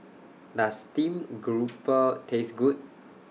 Does Steamed Grouper Taste Good